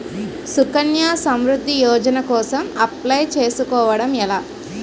సుకన్య సమృద్ధి యోజన కోసం అప్లయ్ చేసుకోవడం ఎలా?